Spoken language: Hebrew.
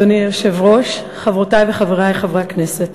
אדוני היושב-ראש, חברותי וחברי חברי הכנסת,